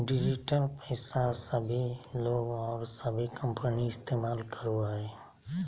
digital पैसा सभे लोग और सभे कंपनी इस्तमाल करो हइ